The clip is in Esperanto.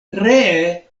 ree